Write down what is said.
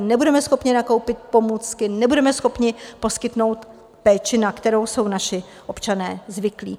Nebudeme schopni nakoupit pomůcky, nebudeme schopni poskytnout péči, na kterou jsou naši občané zvyklí.